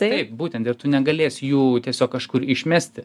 taip būtent ir tu negalėsi jų tiesiog kažkur išmesti